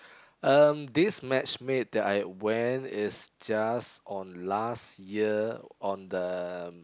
um this matchmake that I went is just on last year on the